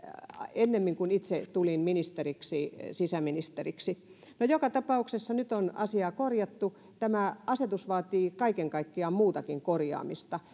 ennemmin kuin itse tulin ministeriksi sisäministeriksi joka tapauksessa nyt on asiaa korjattu tämä asetus vaatii kaiken kaikkiaan muutakin korjaamista